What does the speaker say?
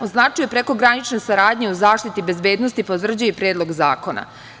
O značaju prekogranične saradnje o zaštiti bezbednosti potvrđuje i Predlog zakona.